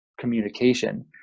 communication